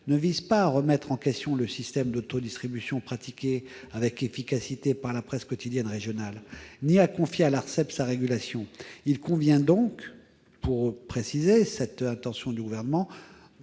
ne vise pas à remettre en question le système d'auto-distribution pratiqué avec efficacité par la presse quotidienne régionale ni à confier à l'Arcep sa régulation. Il convient donc, pour préciser cette intention du Gouvernement,